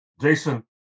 Jason